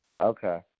Okay